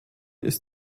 ist